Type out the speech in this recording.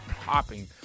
popping